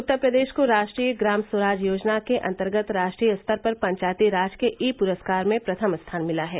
उत्तर प्रदेश को राष्ट्रीय ग्राम स्वराज योजना के अंतर्गत राष्ट्रीय स्तर पर पंचायती राज के ई पुरस्कार में प्रथम स्थान मिला है